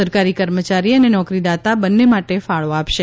સરકાર કર્મચારી અને નોકરીદાતા બંને માટે ફાળો આપશે